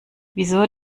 wieso